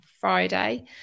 Friday